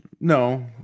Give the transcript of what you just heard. no